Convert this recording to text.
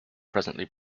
presently